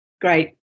Great